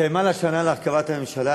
הסתיימה שנה להרכבת הממשלה,